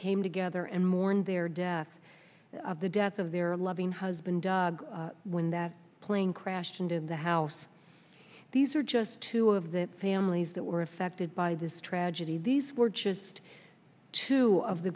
came together and mourned their death of the death of their loving husband when that plane crashed into the house these are just two of the families that were affected by this tragedy these were just two of the